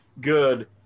good